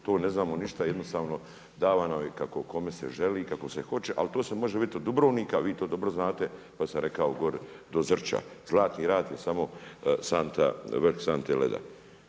to ne znamo ništa, jednostavno davano je kako kome se želi, kako se hoće, ali to se može vidjeti od Dubrovnika, vi to dobro znate, kao što sam rekao, gore do Zrča. Zlatni rat je samo vrh sante leda.